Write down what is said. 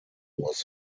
was